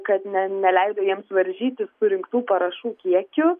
kad ne neleido jiems varžytis surinktų parašų kiekiu